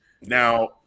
Now